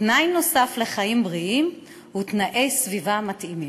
תנאי נוסף לחיים בריאים הוא תנאי סביבה מתאימים.